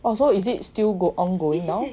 oh so is it still ongoing now